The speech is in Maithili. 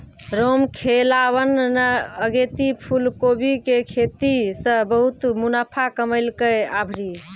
रामखेलावन न अगेती फूलकोबी के खेती सॅ बहुत मुनाफा कमैलकै आभरी